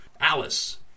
Alice